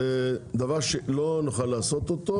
זה דבר שלא נוכל לעשות אותו,